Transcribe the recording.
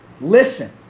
listen